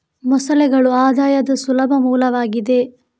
ಮೊಸಳೆಗಳು ಆದಾಯದ ಸುಲಭ ಮೂಲವಾಗಿದೆ